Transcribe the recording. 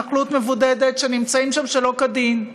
בהתנחלות מבודדת, שנמצאים שם שלא כדין,